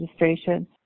registration